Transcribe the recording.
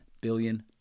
billion